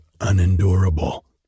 unendurable